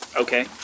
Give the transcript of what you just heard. Okay